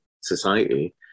society